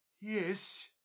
Yes